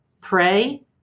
pray